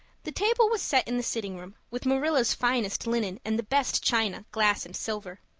the table was set in the sitting room, with marilla's finest linen and the best china, glass, and silver.